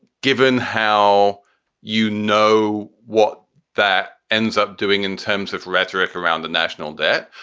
given how you know what that ends up doing in terms of rhetoric around the national debt,